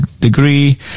degree